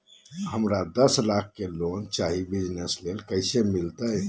हमरा दस लाख के लोन चाही बिजनस ले, कैसे मिलते?